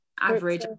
average